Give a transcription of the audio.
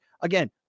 Again